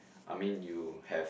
I mean you have